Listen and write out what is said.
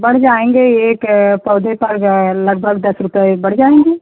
बढ़ जाएँगे एक पौधे पर जो है लगभग दस रुपये बढ़ जाएँगे